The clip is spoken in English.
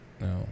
no